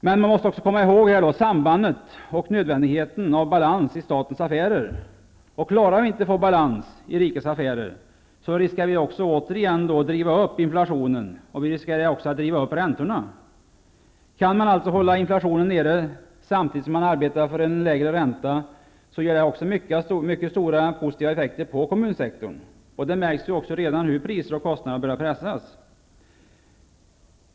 Vi måste komma ihåg sambandet och nödvändigheten att få balans i statens affärer. Om vi inte klarar att få balans i rikets affärer, riskerar vi att återigen driva upp inflationen och räntorna. Kan man hålla inflationen nere, samtidigt som man arbetar för en lägre ränta, ger det mycket stora positiva effekter även på kommunsektorn. Det märks ju redan nu hur priser och kostnader börjar pressas.